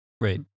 Right